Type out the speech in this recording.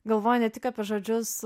galvoja ne tik apie žodžius